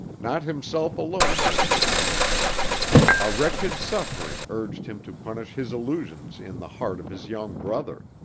not himself alone did he punish a wretched suffering urged him to punish his illusions in the heart of his young brother,